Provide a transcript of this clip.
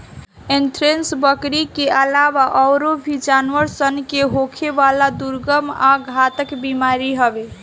anthrax, बकरी के आलावा आयूरो भी जानवर सन के होखेवाला दुर्गम आ घातक बीमारी हवे